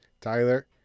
Tyler